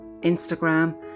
Instagram